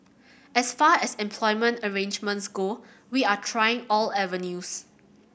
as far as employment arrangements go we are trying all avenues